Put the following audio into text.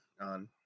on